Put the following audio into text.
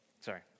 Sorry